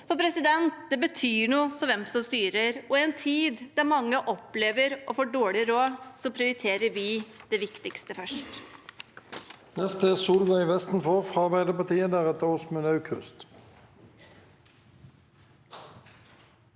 10 pst. Det betyr noe hvem som styrer. I en tid der mange opplever å få dårlig råd, prioriterer vi det viktigste først.